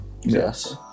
yes